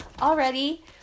already